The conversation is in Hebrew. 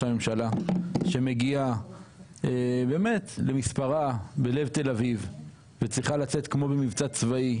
הממשלה שמגיעה למספרה בלב תל אביב וצריכה לצאת כמו במבצע צבאי,